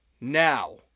Now